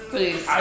Please